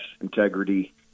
integrity